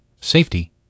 safety